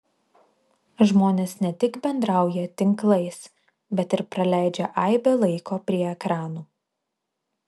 žmonės ne tik bendrauja tinklais bet ir praleidžia aibę laiko prie ekranų